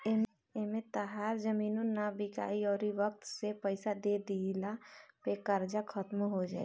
एमें तहार जमीनो ना बिकाइ अउरी वक्त से पइसा दे दिला पे कर्जा खात्मो हो जाई